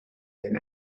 than